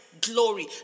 glory